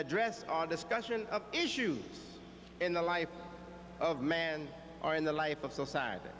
address our discussion of issues in the life of man are in the life of society